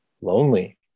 lonely